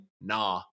Nah